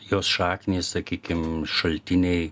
jos šaknys sakykim šaltiniai